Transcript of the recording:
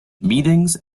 meetings